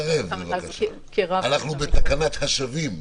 אנחנו בתקנת השבים,